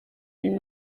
une